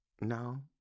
No